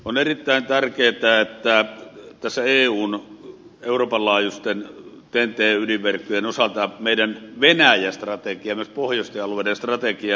on erittäin tärkeätä että tässä eun euroopan laajuisten ten t ydinverkkojen osalta meidän venäjä strategiamme myös pohjoisten alueiden strategiamme näkyy